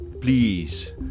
please